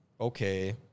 okay